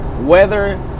weather